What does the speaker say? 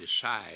decide